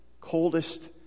coldest